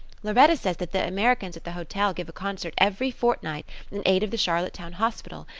lauretta says that the americans at the hotel give a concert every fortnight in aid of the charlottetown hospital,